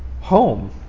Home